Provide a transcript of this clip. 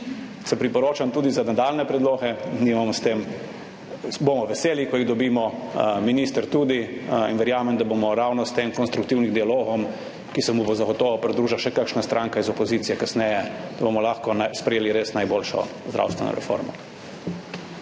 se priporočam tudi za nadaljnje predloge, bomo veseli, ko jih dobimo, tudi minister, in verjamem, da bomo ravno s tem konstruktivnim dialogom, ki se mu bo kasneje zagotovo pridružila še kakšna stranka iz opozicije, lahko sprejeli res najboljšo zdravstveno reformo.